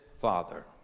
father